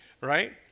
Right